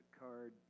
card